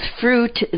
fruit